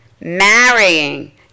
marrying